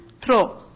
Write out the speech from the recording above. throw